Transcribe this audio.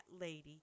lady